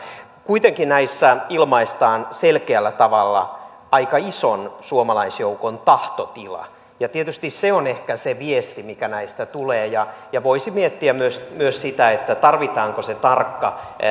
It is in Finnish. kuitenkin näissä ilmaistaan selkeällä tavalla aika ison suomalaisjoukon tahtotila ja tietysti se on ehkä se viesti mikä näistä tulee voisi miettiä myös myös sitä tarvitaanko se tarkka